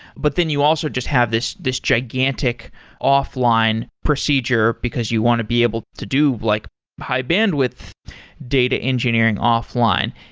but then you also just have this this gigantic offline procedure, because you want to be able to do like high-bandwidth data engineering offline.